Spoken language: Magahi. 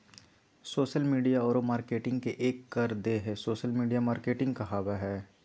सोशल मिडिया औरो मार्केटिंग के एक कर देह हइ सोशल मिडिया मार्केटिंग कहाबय हइ